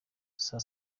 saa